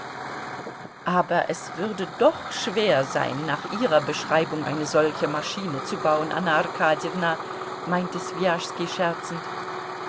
aber es würde doch schwer sein nach ihrer beschreibung eine solche maschine zu bauen anna arkadjewna meinte swijaschski scherzend